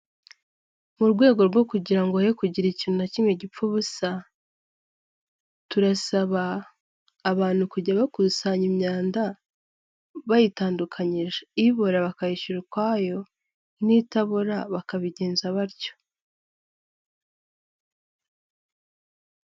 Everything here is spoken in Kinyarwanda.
Mu rwego rwo kugira ngo he kugira ikintu na kimwe gipfa ubusa, turasaba abantu kujya bakusanya imyanda bayitandukanyije, ibora bakayishyura ukwayo, n'itabora bakabigenza batyo.